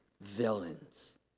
villains